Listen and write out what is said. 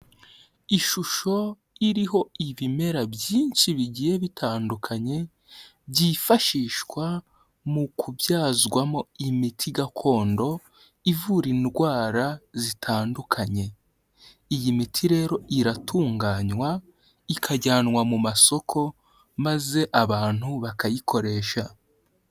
Ishusho iriho ibimera byinshi bigiye bitandukanye, byifashishwa mu kubyazwamo imiti gakondo, ivura indwara zitandukanye, iyi miti rero iratunganywa, ikajyanwa mu masoko maze abantu bakayikoresha.